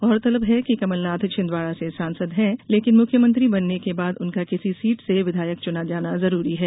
गौरतलब है कि कमलनाथ छिंदवाड़ा से सांसद हैं लेकिन मुख्यमंत्री बनने के बाद उनका किसी सीट से विधायक चुना जाना जरूरी है